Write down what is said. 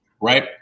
right